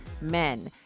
men